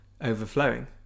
overflowing